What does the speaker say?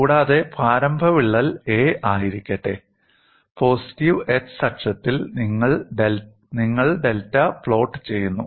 കൂടാതെ പ്രാരംഭ വിള്ളൽ a ആയിരിക്കട്ടെ പോസിറ്റീവ് x അക്ഷത്തിൽ നിങ്ങൾ ഡെൽറ്റ പ്ലോട്ട് ചെയ്യുന്നു